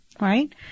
right